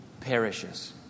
perishes